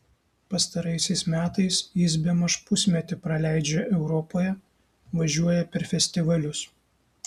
pastaraisiais metais jis bemaž pusmetį praleidžia europoje važiuoja per festivalius